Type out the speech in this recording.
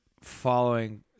following